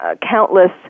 countless